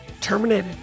terminated